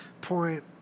point